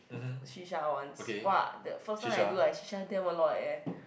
shisha once !wah! the first time I do I shisha damn a lot eh